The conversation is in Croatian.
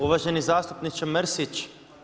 Uvaženi zastupniče Mrsić.